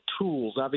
tools